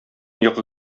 йокы